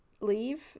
leave